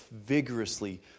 vigorously